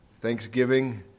Thanksgiving